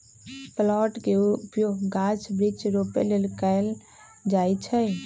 plant के उपयोग गाछ वृक्ष रोपे लेल कएल जाइ छइ